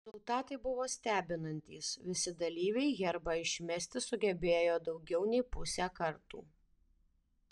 rezultatai buvo stebinantys visi dalyviai herbą išmesti sugebėjo daugiau nei pusę kartų